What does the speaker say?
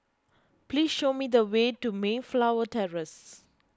please show me the way to Mayflower Terrace